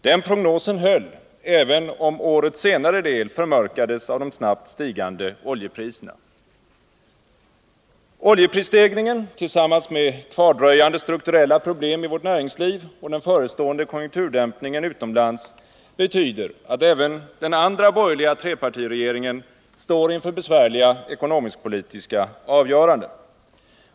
Den prognosen höll, även om årets senare del förmörkades av de snabbt stigande oljepriserna. Oljeprisstegringen— tillsammans med kvardröjande strukturella problem i vårt näringsliv och den förestående konjunkturdämpningen utomlands — betyder att även den andra borgerliga trepartiregeringen står inför besvärliga ekonomisk-politiska avgöranden.